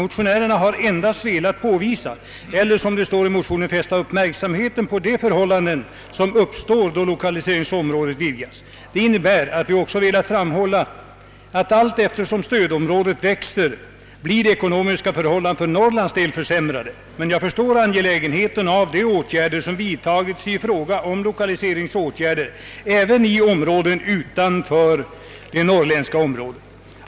Motionärerna har bara velat fästa uppmärksamheten på de förhållanden som uppstår då lokaliseringsområdet vidgas. Vi har velat framhålla att allteftersom stödområdet växer blir de ekonomiska förhållandena försämrade för Norrlands del. Jag förstår dock angelägenheten av de åtgärder som vidtagits även i områden utanför det norrländska stödområdet.